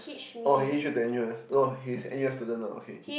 oh he Hitch you to N_U_S oh he is N_U_S student ah okay